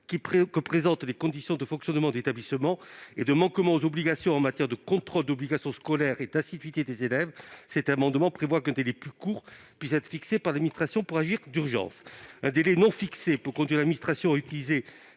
que présentent les conditions de fonctionnement de l'établissement » et de « manquements aux obligations en matière de contrôle de l'obligation scolaire et d'assiduité des élèves », cet amendement prévoit qu'un délai plus court pourra être fixé par l'administration pour agir rapidement. Cette mesure doit permettre à l'administration d'utiliser